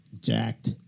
jacked